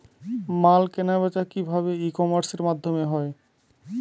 মাল কেনাবেচা কি ভাবে ই কমার্সের মাধ্যমে হয়?